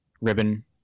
ribbon